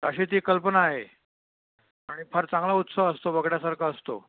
अशी ती कल्पना आहे आणि फार चांगला उत्सव असतो बघण्यासारखा असतो